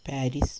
Paris